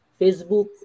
Facebook